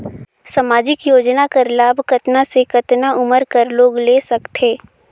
समाजिक योजना कर लाभ कतना से कतना उमर कर लोग ले सकथे?